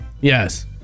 Yes